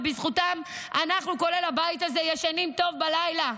ובזכותם אנחנו כולל הבית הזה ישנים טוב בלילה.